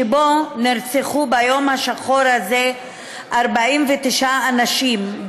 שבו נרצחו ביום השחור הזה 49 אנשים,